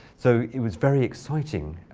so it was very exciting.